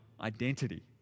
identity